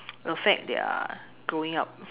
affect their growing up